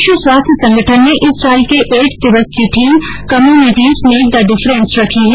विश्व स्वास्थ्य संगठन ने इस साल के एड्स दिवस की theme communities make the difference रखी है